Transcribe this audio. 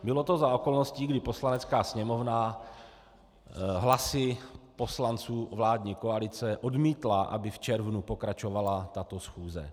Bylo to za okolností, kdy Poslanecká sněmovna hlasy poslanců vládní koalice odmítla, aby v červnu pokračovala tato schůze.